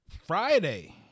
Friday